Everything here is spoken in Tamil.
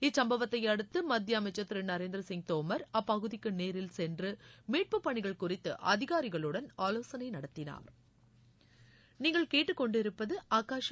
இச்சும்பவத்தையடுத்து மத்திய அமைச்சர் திரு நரேந்திர சிங் தோமர் அப்பகுதிக்கு நேரில் சென்று மீட்பு பணிகள் குறித்து அதிகாரிகளுடன் ஆலோசனை நடத்தினாா்